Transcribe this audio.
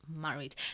married